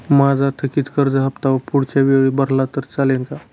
माझा थकीत कर्ज हफ्ता पुढच्या वेळी भरला तर चालेल का?